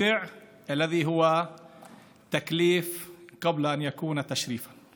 אנו מברכים אותך על התפקיד הזה והמעמד הזה,